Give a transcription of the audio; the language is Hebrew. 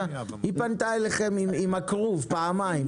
היא פנתה אליכם עם הכרוב פעמיים,